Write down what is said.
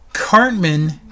Cartman